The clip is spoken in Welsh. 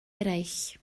eraill